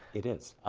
it is.